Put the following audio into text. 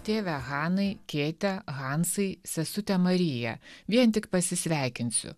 tėve hanai keitę hansai sesutę mariją vien tik pasisveikinsiu